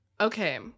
Okay